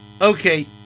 Okay